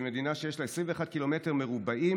היא מדינה שיש לה 21 קילומטרים מרובעים,